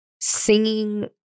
singing